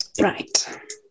Right